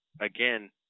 again